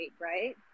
right